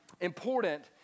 important